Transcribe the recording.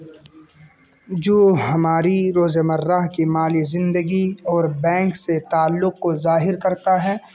جو ہماری روز مرہ کی مالی زندگی اور بینک سے تعلق کو ظاہر کرتا ہے